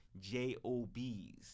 J-O-Bs